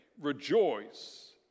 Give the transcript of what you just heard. rejoice